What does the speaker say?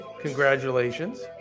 Congratulations